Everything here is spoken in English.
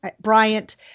Bryant